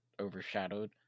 overshadowed